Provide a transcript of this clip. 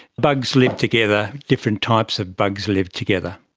bugs live together, different types of bugs live together,